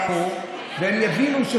אולי יהיה איזה נס,